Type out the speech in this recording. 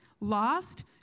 lost